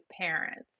parents